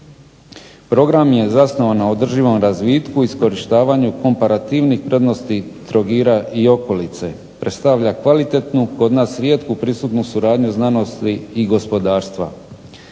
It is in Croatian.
Program je zasnovan na održivom razvitku, iskorištavanju komparativnih prednosti Trogira i okolica, predstavlja kvalitetnu kod nas rijetko prisutnu suradnju znanosti i gospodarstva.